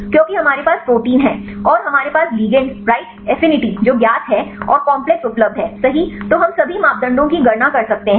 क्योंकि हमारे पास प्रोटीन है और हमारे पास लिगैंड राइट एफिनिटीजो ज्ञात है और कॉम्प्लेक्स उपलब्ध है सही तो हम सभी मापदंडों की गणना कर सकते हैं